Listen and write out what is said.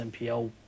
NPL